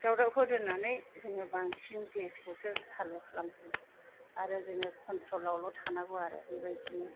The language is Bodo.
दावदाबखौ दोन्नानै जोङो बांसिन गेसखौसो सालु खालामसै आरो जोङो खनट्र'लावल' थानांगौ आरो बेबायदिनो